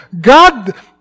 God